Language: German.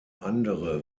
andere